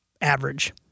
average